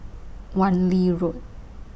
Wan Lee Road